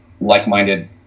like-minded